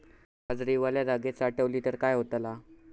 बाजरी वल्या जागेत साठवली तर काय होताला?